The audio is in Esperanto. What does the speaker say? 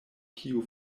kiu